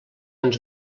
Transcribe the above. ens